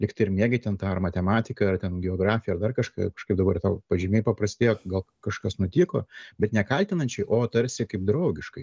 lyg tai ir mėgai ten tą ar matematiką ar ten geografiją ar dar kažkaip dabar tau pažymiai paprastėjo gal kažkas nutiko bet ne kaltinančiai o tarsi kaip draugiškai